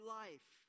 life